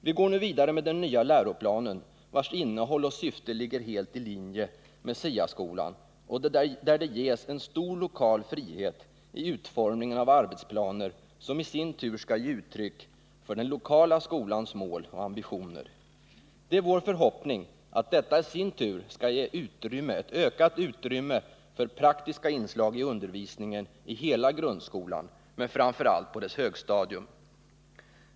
Vi går nu vidare med den nya läroplanen, vars innehåll och syfte ligger helt ilinje med SIA-skolan och där det ges en stor lokal frihet i utformningen av arbetsplaner, som i sin tur skall ge uttryck för den lokala skolans mål och ambitioner. Det är vår förhoppning att detta i sin tur skall ge ett ökat utrymme för praktiska inslag i undervisningen i hela grundskolan, men framför allt på dess högstadium.